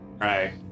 right